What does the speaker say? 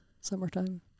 summertime